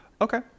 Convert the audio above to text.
Okay